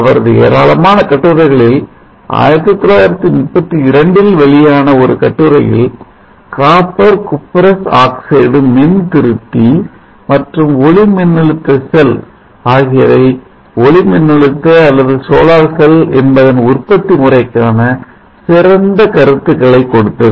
அவரது ஏராளமான கட்டுரைகளில் 1932 இல் வெளியான ஒரு கட்டுரையில் காப்பர் cuprous ஆக்சைடு மின் திருத்தி மற்றும் ஒளி மின்னழுத்த செல் ஆகியவை ஒளி மின்னழுத்த அல்லது சோலார் செல் என்பதன் உற்பத்தி முறைக்கான சிறந்த கருத்துக்களை கொடுத்தது